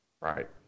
Right